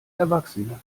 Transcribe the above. erwachsene